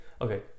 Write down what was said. Okay